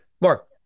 Mark